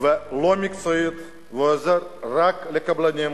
לא מקצועית ועוזר רק לקבלנים,